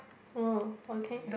oh okay